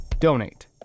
donate